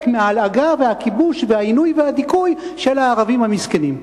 מההלעגה והכיבוש והעינוי והדיכוי של הערבים המסכנים.